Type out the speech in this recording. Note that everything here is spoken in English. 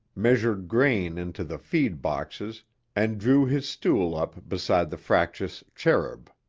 measured grain into the feed boxes and drew his stool up beside the fractious cherub.